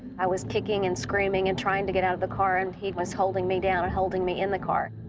i was kicking and screaming and trying to get out of the car and he was holding me down, and holding me in the car.